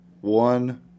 one